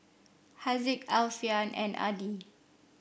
Haziq Alfian and Adi